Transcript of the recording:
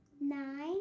nine